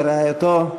ורעייתו,